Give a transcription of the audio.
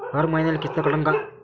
हर मईन्याले किस्त कटन का?